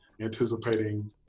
anticipating